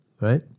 right